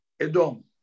Edom